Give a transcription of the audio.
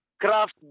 craft